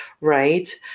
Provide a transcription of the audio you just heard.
right